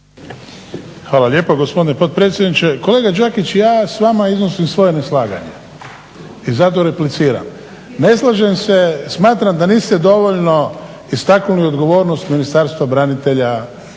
Hvala lijepa gospodine potpredsjedniče. Kolega Đakić ja s vama iznosim svoje neslaganje i zato repliciram. Ne slažem se, smatram da niste dovoljno istaknuli odgovornost Ministarstva branitelja